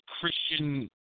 Christian